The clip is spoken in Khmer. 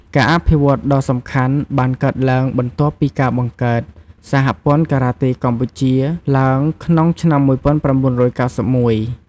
ការអភិវឌ្ឍន៍ដ៏សំខាន់បានកើតឡើងបន្ទាប់ពីការបង្កើត សហព័ន្ធការ៉ាតេកម្ពុជា ឡើងក្នុងឆ្នាំ ១៩៩១។